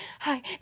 Hi